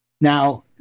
Now